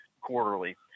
quarterly